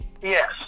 Yes